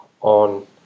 on